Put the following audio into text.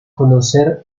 conocer